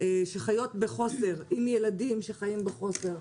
שחיות בחוסר, עם ילדים שחיים בחוסר,